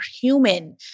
human